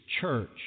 church